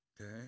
Okay